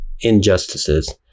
injustices